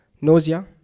Nausea